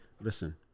listen